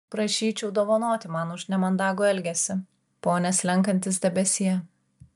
prašyčiau dovanoti man už nemandagų elgesį pone slenkantis debesie